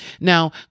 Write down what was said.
Now